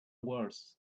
wars